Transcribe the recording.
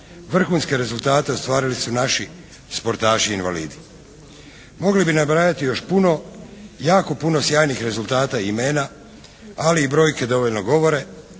Vrhunske rezultate ostvarili su naši sportaši invalidi. Mogli bi nabrajati još puno jako sjajnih rezultata i imena ali i brojke dovoljno govore.